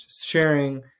sharing